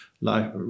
life